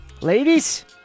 Ladies